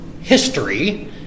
history